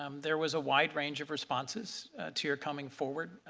um there was a wide range of responses to your coming forward.